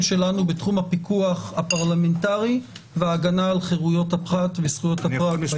שלנו בתחום הפיקוח הפרלמנטרי וההגנה על חירויות הפרט וזכויות הפרט.